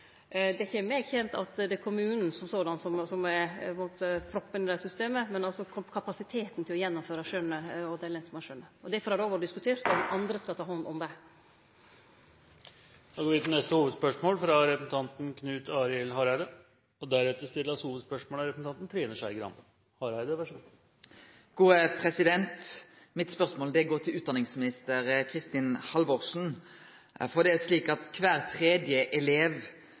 det ein skal, etter lensmannsskjønet. Det er ikkje kjent for meg at det er kommunen som er proppen i systemet, men altså kapasiteten til å gjennomføre lensmannsskjønet. Derfor har det òg vore diskutert om andre skal ta hand om det. Da går vi til neste hovedspørsmål. Mitt spørsmål går til utdanningsminister Kristin Halvorsen. Kvar tredje elev